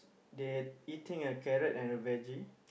they eating a carrot and a veggie